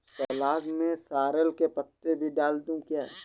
सलाद में सॉरेल के पत्ते भी डाल दूं क्या?